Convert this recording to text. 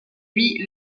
lui